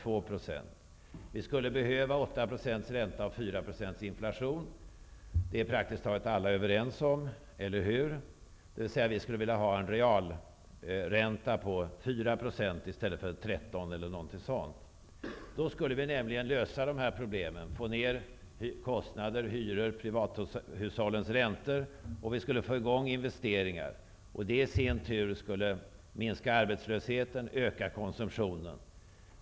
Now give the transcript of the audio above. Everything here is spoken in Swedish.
Vi skulle behöva 8 ränta och 4 % inflation. Detta är praktikt taget alla överens om, eller hur? Vi skulle vilja ha en realränta på 4 % i stället för 13 %, för då skulle vi få ner bostadskostnader, hyror, privathushållens räntor, och vi skulle få i gång investeringar. Det i sin tur skulle minska arbetslösheten, öka konsumtionen.